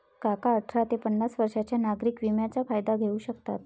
काका अठरा ते पन्नास वर्षांच्या नागरिक विम्याचा फायदा घेऊ शकतात